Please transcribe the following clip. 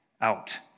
out